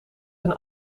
een